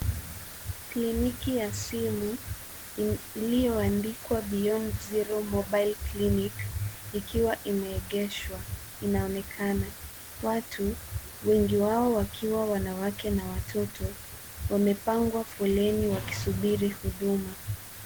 Kliniki ya simu iliyoandikwa beyond zero mobile clinic ikiwa imeegeshwa . Inaonekana. Watu, wengi wao wakiwa wanawake na watoto, wamepangwa foleni wakisubiri huduma.